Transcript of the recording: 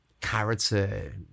character